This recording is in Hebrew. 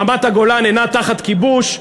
רמת-הגולן אינה תחת כיבוש,